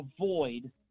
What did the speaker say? avoid